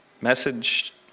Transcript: message